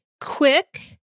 quick